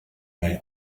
may